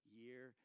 year